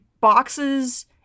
boxes